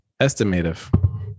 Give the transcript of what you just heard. Estimative